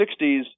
60s